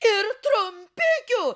ir trumpikių